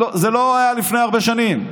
זה לא היה לפני הרבה שנים,